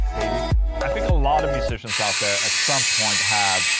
baby i think a lot of musicians out there at some point have.